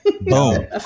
Boom